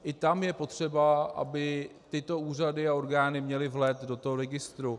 I tam je potřeba, aby tyto úřady a orgány měly vhled do toho registru.